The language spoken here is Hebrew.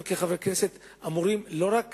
אנחנו כחברי הכנסת אמורים לא רק